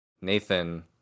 Nathan